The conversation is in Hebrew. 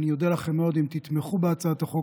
אני אודה לכם מאוד אם תתמכו בהצעת החוק